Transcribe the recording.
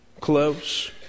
close